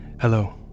Hello